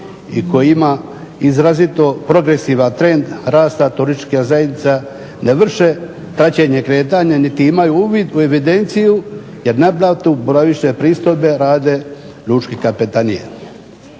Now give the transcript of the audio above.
i koji ima izrazito progresivan trend rasta turistička zajednica ne vrše praćenje kretanja niti imaju uvid u evidenciju jer naplatu boravišne pristojbe rade lučke kapetanije.